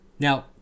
Now